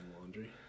laundry